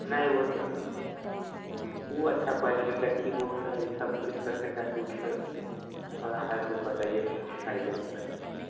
नहीं वह सब वह अच्छी क्वालिटी लक्की बुक्स है ई सब इस तरह से वाला है तो बताइए आएँगे लेने